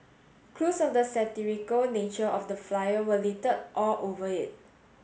clues of the satirical nature of the flyer were littered all over it